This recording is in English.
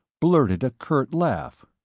blurted a curt laugh.